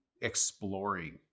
exploring